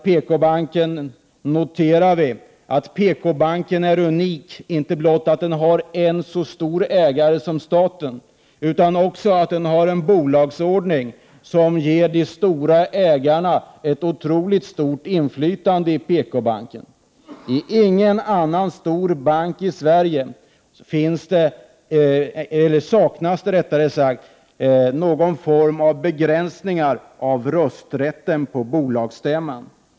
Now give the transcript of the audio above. Vi noterar att PKbanken är unik inte blott genom att den har en så stor ägare som staten utan också genom att den har en bolagsordning som ger de stora ägarna ett otroligt stort inflytande i banken. Inte i någon annan bank i Sverige saknas någon form av begränsning av rösträtten på bolagsstämman.